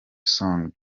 song